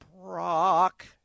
Brock